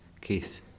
Keith